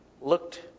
looked